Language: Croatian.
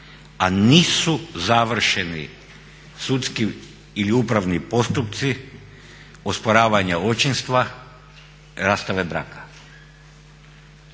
a nisu završeni sudski ili upravni postupci osporavanja očinstva, rastave braka